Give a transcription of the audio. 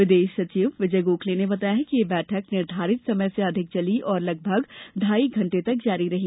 विदेश सचिव विजय गोखले ने बताया कि यह बैठक निर्धारित समय से अधिक चली और लगभग ढाई घंटे तक जारी रही